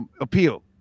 appeal